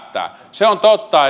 se on totta että